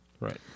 Right